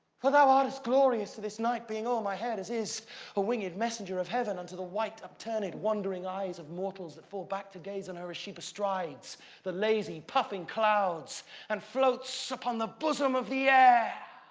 for thou art as glorious to this night, being o'er my head as is a winged messenger of heaven unto the white-upturned wondering eyes of mortals that fall back to gaze on her as she bestrides the lazy-puffing clouds and floats upon the bosom of the air.